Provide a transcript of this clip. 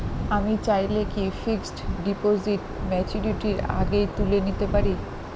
আমি চাইলে কি ফিক্সড ডিপোজিট ম্যাচুরিটির আগেই তুলে নিতে পারি?